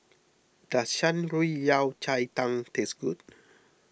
does Shan Rui Yao Cai Tang taste good